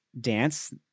dance